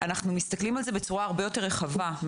אנחנו מסתכלים על זה בצורה הרבה יותר רחבה,